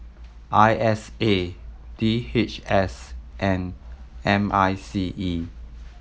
I S A D H S and M I C E